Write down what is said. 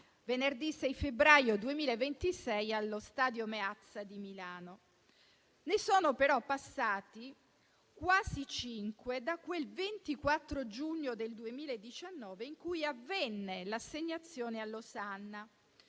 venerdì 6 febbraio 2026 allo stadio Meazza di Milano. Ne sono però passati quasi cinque da quel 24 giugno 2019 in cui avvenne l'assegnazione a Losanna.